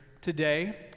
today